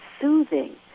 soothing